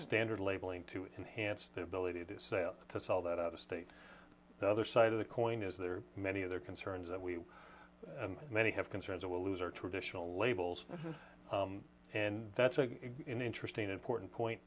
standard labeling to enhance the ability to sell to sell that other state the other side of the coin is there are many other concerns that we many have concerns or will lose are traditional labels and that's an interesting important point